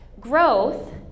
Growth